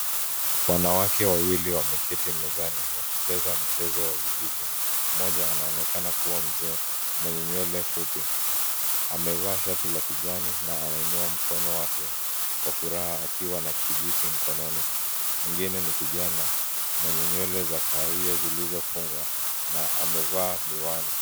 Wanawake wawili wameketi mezani wakicheza mchezo wa vijiti, mmoja anaonekana kuwa mzee mwenye nywele fupi, amevaa shati la kijani na anainua mkono wake, kwa furaha akiwa na kijiti mkononi, mwingine ni kijana, mwenye nywele za kahawia zilizofungwa, na amevaa miwani.